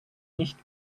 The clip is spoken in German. nicht